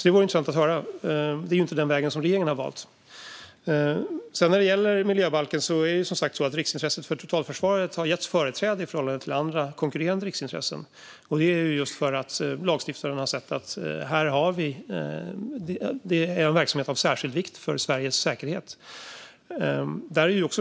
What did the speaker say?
Det vore intressant att höra. Det är inte den väg som regeringen har valt. När det gäller miljöbalken har riksintresset för totalförsvaret som sagt getts företräde i förhållande till andra konkurrerande riksintressen. Det beror just på att lagstiftaren har sett att detta är en verksamhet av särskild vikt för Sveriges säkerhet.